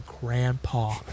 grandpa